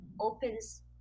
opens